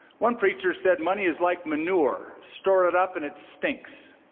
one preacher said, money is like manure store it up and it stinks